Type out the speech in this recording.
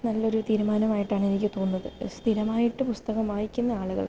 നല്ലൊരു തീരുമാനമായിട്ടാണ് എനിക്ക് തോന്നുന്നത് സ്ഥിരമായിട്ട് പുസ്തകം വായിക്കുന്ന ആളുകൾക്ക്